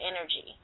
energy